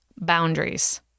boundaries